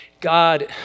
God